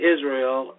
Israel